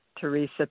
Teresa